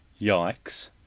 Yikes